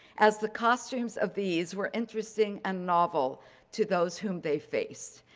as the costumes of these were interesting and novel to those whom they faced.